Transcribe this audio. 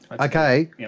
Okay